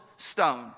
Stone